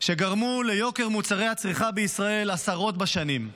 שגרמו ליוקר מוצרי הצריכה בישראל עשרות שנים.